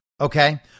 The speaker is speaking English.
okay